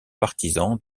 partisans